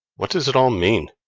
what does it all mean?